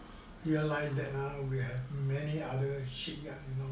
realise that ah we have many other shipyard